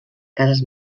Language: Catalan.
cases